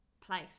place